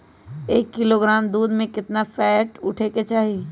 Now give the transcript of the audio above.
एक किलोग्राम दूध में केतना फैट उठे के चाही?